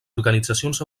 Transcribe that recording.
organitzacions